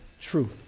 truth